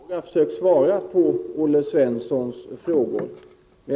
Herr talman! Jag har efter förmåga försökt svara på Olle Svenssons frågor.